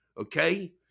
Okay